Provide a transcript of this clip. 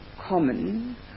common